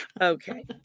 okay